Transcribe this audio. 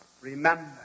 Remember